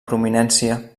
prominència